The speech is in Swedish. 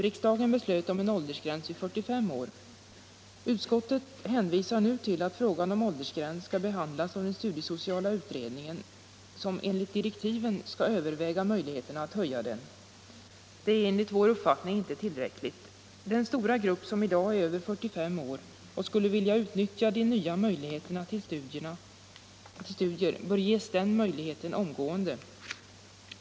Riksdagen beslöt om en åldersgräns vid 45 år. Utskottet hänvisar nu till att frågan om åldersgräns skall behandlas av den studiesociala utredningen, som enligt direktiven skall överväga möjligheterna att höja den. Det är enligt vår uppfattning inte tillräckligt. Den stora grupp människor som i dag är över 45 år och skulle vilja utnyttja de nya tillfällena till studier bör ges den möjligheten omgående.